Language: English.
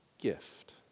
gift